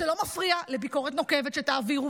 זה לא מפריע לביקורת נוקבת שתעבירו,